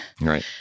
Right